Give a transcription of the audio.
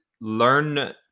learn